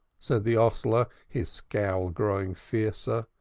said the hostler, his scowl growing fiercer.